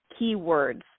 keywords